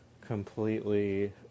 completely